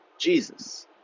Jesus